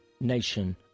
nation